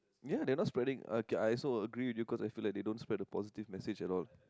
ya they are not spreading okay I also agree with you cause I feel like they don't spread a positive message at all